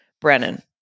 Brennan